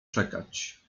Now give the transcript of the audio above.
czekać